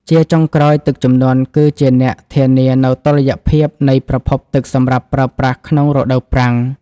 ជាចុងក្រោយ ទឹកជំនន់គឺជាអ្នកធានានូវតុល្យភាពនៃប្រភពទឹកសម្រាប់ប្រើប្រាស់ក្នុងរដូវប្រាំង។